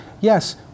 yes